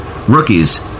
Rookies